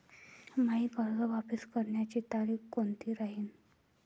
मायी कर्ज वापस करण्याची तारखी कोनती राहीन?